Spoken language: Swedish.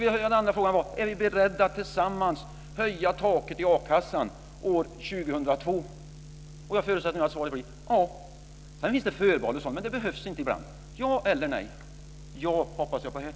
Min andra fråga var: Är vi beredda att tillsammans höja taket i a-kassan år 2002? Jag förutsätter att svaret blir ja. Sedan finns det förbehåll osv., men det behövs inte alltid. Svara ja eller nej. Jag hoppas att det blir ja.